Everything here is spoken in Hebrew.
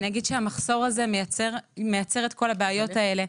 אני אגיד שהמחסור הזה מייצר את כל הבעיות האלה.